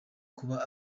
kuba